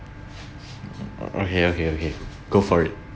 okay okay okay go for it